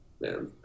man